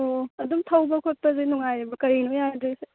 ꯑꯣ ꯑꯗꯨꯝ ꯊꯧꯕ ꯈꯣꯠꯄꯗꯤ ꯅꯨꯡꯉꯥꯏꯔꯤꯕꯣ ꯀꯔꯤꯅꯣ ꯌꯥꯗ꯭ꯔꯤꯁꯦ